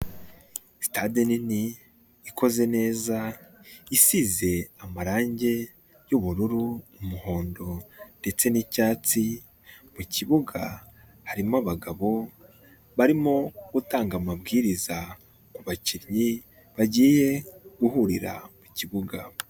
Sitade nini ikoze neza isize amarange y'ubururu, umuhondo ndetse n'icyatsi, mu kibuga harimo abagabo barimo gutanga amabwiriza ku bakinnyi bagiye guhurira mu kibuga.